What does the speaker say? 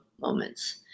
moments